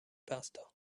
pasta